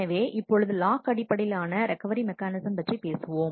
எனவே இப்பொழுது லாக் அடிப்படையிலான ரெக்கவரி மெக்கானிசம் பற்றி பேசுவோம்